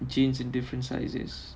jeans in different sizes